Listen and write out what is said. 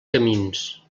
camins